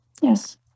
Yes